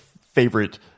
favorite